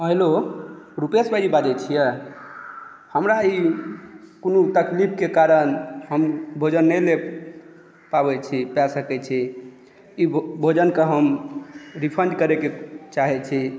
हँ हेलो रूपेश भाइजी बाजय छियै हमरा ई कोनो तकलीफके कारण भोजन हम नहि लेबऽ पाबै छी भोजन नहि कऽ सकै छी ई भोजनकए हम रिफन्ड करैके चाहै छी